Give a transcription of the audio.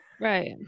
Right